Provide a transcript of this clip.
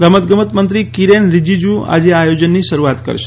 રમતગમત મંત્રી કિરેન રિજ્જુ આજે આ આયોજનની શરૂઆત કરશે